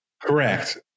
Correct